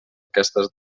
aquestes